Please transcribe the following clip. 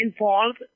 involved